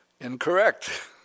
incorrect